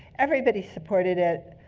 everybody supported it.